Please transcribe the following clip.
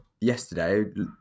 Yesterday